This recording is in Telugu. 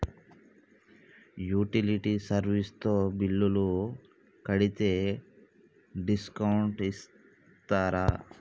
యుటిలిటీ సర్వీస్ తో బిల్లు కడితే డిస్కౌంట్ ఇస్తరా?